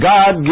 God